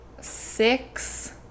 six